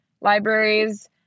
libraries